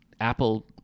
Apple